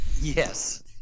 Yes